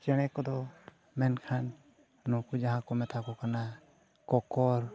ᱪᱮᱬᱮ ᱠᱚᱫᱚ ᱢᱮᱱᱠᱷᱟᱱ ᱱᱩᱠᱩ ᱡᱟᱦᱟᱸ ᱠᱚ ᱢᱮᱛᱟ ᱠᱚ ᱠᱟᱱᱟ ᱠᱚᱠᱚᱨ